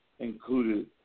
included